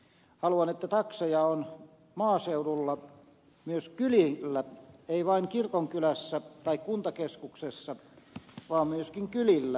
haluan että takseja on maaseudulla myös kylillä ei vain kirkonkylässä tai kuntakeskuksessa vaan myöskin kylillä